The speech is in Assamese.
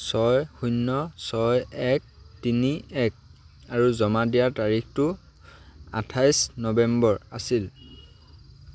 ছয় শূন্য ছয় এক তিনি এক আৰু জমা দিয়াৰ তাৰিখটো আঠাইছ নৱেম্বৰ আছিল